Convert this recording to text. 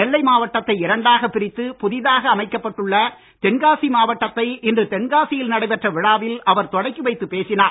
நெல்லை மாவட்டத்தை இரண்டாகப் பிரித்துப் புதிதாக அமைக்கப்பட்டுள்ள தென்காசி மாவட்டத்தை இன்று தென்காசியில் நடைபெற்ற விழாவில் அவர் தொடக்கி வைத்துப் பேசினார்